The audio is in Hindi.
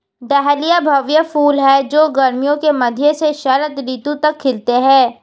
डहलिया भव्य फूल हैं जो गर्मियों के मध्य से शरद ऋतु तक खिलते हैं